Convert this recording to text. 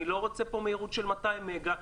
אני לא רוצה כאן מהירות של 200 מגה.